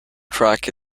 track